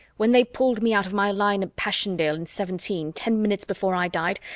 when they pulled me out of my line at passchendaele in seventeen ten minutes before i died,